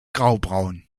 graubraun